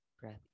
Breath